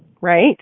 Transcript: right